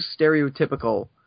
stereotypical